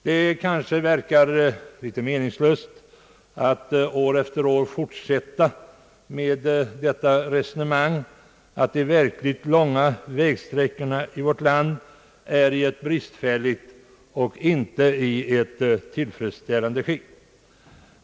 Det verkar kanske litet meningslöst att år efter år fortsätta med att säga att de verkligt långa vägsträckorna i vårt land är i ett bristfälligt och inte i ett tillfredsställande skick.